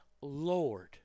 Lord